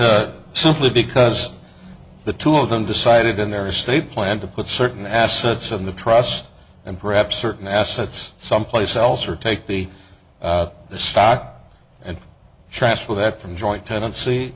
but simply because the two of them decided in their estate plan to put certain assets in the trust and perhaps certain assets someplace else or take the stock and transfer that from joint tenancy